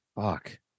fuck